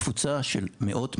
קבוצה של מאות משפחות,